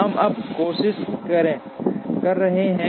हम अब कोशिश कर रहे हैं